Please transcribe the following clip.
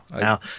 now